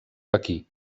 aquí